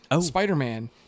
Spider-Man